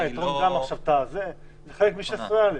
אתה רוצה לתרום דם - זה חלק מ-16(א).